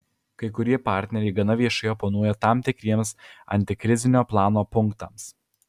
kai kurie partneriai gana viešai oponuoja tam tikriems antikrizinio plano punktams